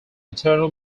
internal